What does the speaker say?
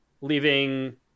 leaving